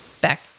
back